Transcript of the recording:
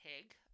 pig